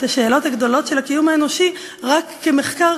השאלות הגדולות של הקיום האנושי רק כמחקר,